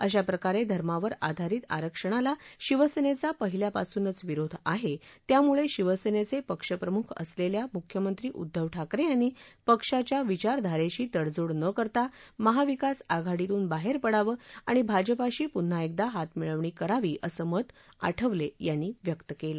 अशाप्रकारे धर्मावर आधारित आरक्षणाला शिवसेनेचा पहिल्यापासून विरोध आहे त्यामुळे शिवसेनेचे पक्षप्रमुख असलेल्या मुख्यमंत्री उद्दव ठाकरे यांनी पक्षाच्या विचारधारेशी तडजोड न करता महाविकास आघाडीतून बाहेर पडावं आणि भाजपाशी पुन्हा एकदा हातमिळवणी करावी असं मत आठवले यांनी व्यक्त केलं